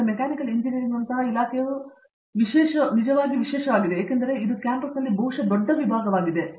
ಈಗ ಮೆಕ್ಯಾನಿಕಲ್ ಇಂಜಿನಿಯರಿಂಗ್ನಂತಹಾ ಇಲಾಖೆಯು ಇದು ವಿಶೇಷವಾಗಿ ನಿಜವಾಗಿದೆ ಏಕೆಂದರೆ ಇದು ಕ್ಯಾಂಪಸ್ನಲ್ಲಿ ಬಹುಶಃ ದೊಡ್ಡ ವಿಭಾಗವಾಗಿದೆ